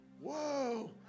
Whoa